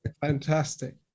Fantastic